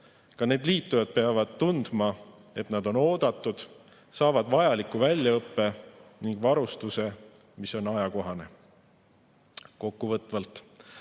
Ka need liitujad peavad tundma, et nad on oodatud ning saavad vajaliku väljaõppe ja varustuse, mis on ajakohane. Kokkuvõtvalt.